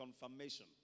confirmation